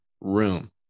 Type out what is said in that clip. room